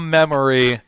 memory